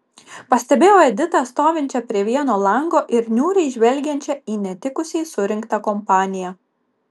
pastebėjau editą stovinčią prie vieno lango ir niūriai žvelgiančią į netikusiai surinktą kompaniją